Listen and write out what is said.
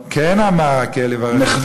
כן אמר: "האל יברך את החיילים" נכון,